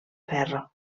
ferro